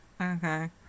okay